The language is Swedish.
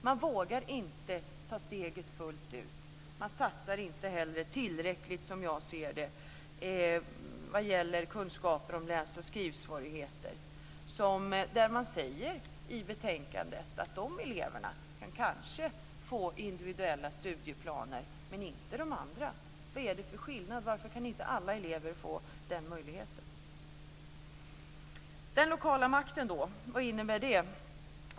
Man vågar inte ta steget fullt ut och man satsar inte, som jag ser det, tillräckligt vad gäller kunskaper om läs och skrivsvårigheter. I betänkandet säger man att de eleverna kanske kan få individuella studieplaner men inte de andra. Vad är det för skillnad? Varför kan inte alla elever få den möjligheten? Sedan har vi den lokala makten. Vad innebär det?